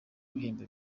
ibihembo